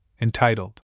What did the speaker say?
entitled